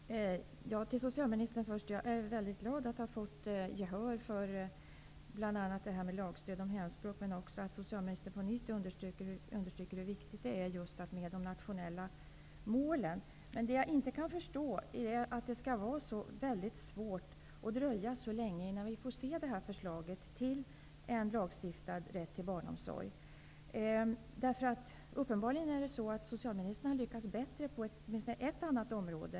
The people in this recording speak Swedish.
Fru talman! Till socialministern vill jag först säga att jag är mycket glad för att jag har gehör för bl.a. önskemålet om lagstöd för hemspråk, och för att socialministern på nytt understryker hur viktigt det är med de nationella målen. Men vad jag inte kan förstå är att det skall dröja så länge innan vi får se det här förslaget om lagstadgad rätt till barnomsorg. Uppenbarligen har socialministern lyckats bättre på åtminstone ett annat område.